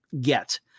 get